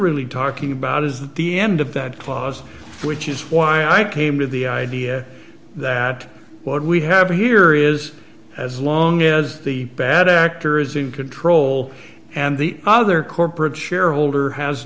really talking about is the end of that clause which is why i came to the idea that what we have here is as long as the bad actor is in control and the other corporate shareholder has